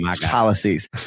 policies